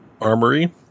armory